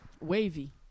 Wavy